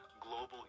global